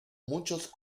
muchos